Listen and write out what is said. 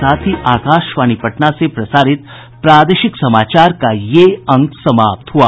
इसके साथ ही आकाशवाणी पटना से प्रसारित प्रादेशिक समाचार का ये अंक समाप्त हुआ